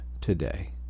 today